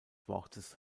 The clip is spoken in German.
wortes